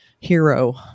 hero